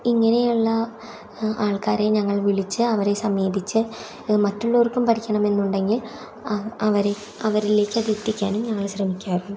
ഇങ്ങനെയുള്ള ആൾക്കാരെ ഞങ്ങൾ വിളിച്ച് അവരെ സമീപിച്ച് മറ്റുള്ളവർക്കും പഠിക്കണമെന്നുണ്ടെങ്കിൽ അവരിലേക്ക് അതെത്തിക്കാനും ഞങ്ങൾ ശ്രമിക്കാറുണ്ട്